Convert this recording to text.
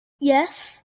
yes